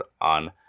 on